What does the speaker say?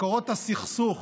מקורות הסכסוך